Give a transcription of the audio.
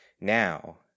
now